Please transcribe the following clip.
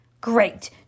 Great